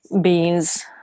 beans